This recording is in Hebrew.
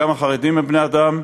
גם החרדים הם בני-אדם,